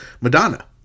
Madonna